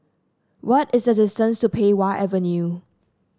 what is the distance to Pei Wah Avenue